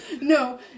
No